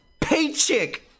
paycheck